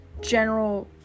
general